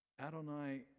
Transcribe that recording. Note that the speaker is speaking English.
Adonai